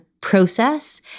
process